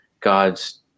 God's